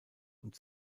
und